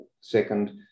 second